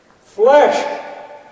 Flesh